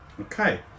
Okay